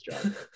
job